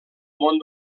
món